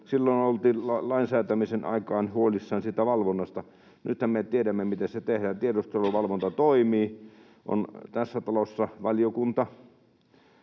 Silloin lain säätämisen aikaan oltiin huolissaan siitä valvonnasta. Nythän me tiedämme, miten se tehdään. Tiedusteluvalvonta toimii: tässä talossa on valiokunta